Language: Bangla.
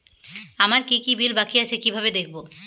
আমার কি কি বিল বাকী আছে কিভাবে দেখবো?